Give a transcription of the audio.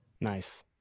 Nice